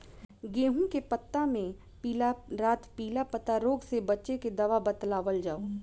गेहूँ के पता मे पिला रातपिला पतारोग से बचें के दवा बतावल जाव?